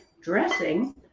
dressing